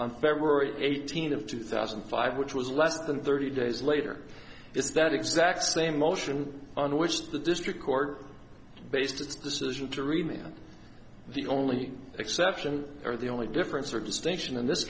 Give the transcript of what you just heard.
on february eighteenth of two thousand and five which was less than thirty days later is that exact same motion on which the district court based its decision to remain the only exception or the only difference or distinction in this